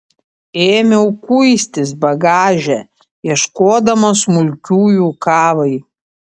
ėmiau kuistis bagaže ieškodama smulkiųjų kavai